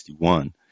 1961